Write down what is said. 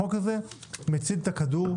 החוק הזה המציל את הכדור,